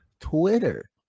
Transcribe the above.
Twitter